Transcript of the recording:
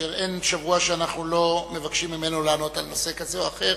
אשר אין שבוע שאנחנו לא מבקשים ממנו לענות בנושא כזה או אחר,